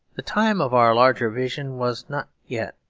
the time of our larger vision was not yet,